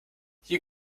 you